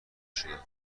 شدند